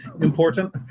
important